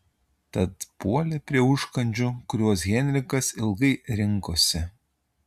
tad puolė prie užkandžių kuriuos henrikas ilgai rinkosi